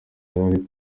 gen